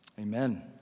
amen